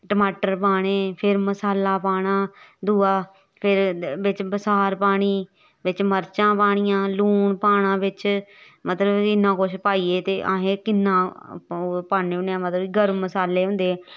टमाटर पाने फिर मसाला पाना दूआ फिर बिच्च बसार पानी बिच्च मर्चां पानियां लून पाना बिच्च मतलब इन्ना कुछ पाइयै ते अस किन्ना ओह् पान्ने होन्ने आं मतलब कि गर्म मसाले होंदे